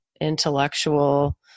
intellectual